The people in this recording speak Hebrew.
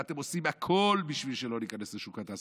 ואתם עושים הכול בשביל שלא ניכנס לשוק התעסוקה,